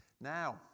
Now